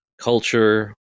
culture